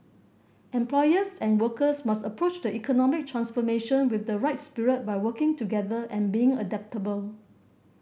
employers and workers must approach the economic transformation with the right spirit by working together and being adaptable